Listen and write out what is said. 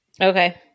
Okay